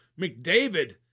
McDavid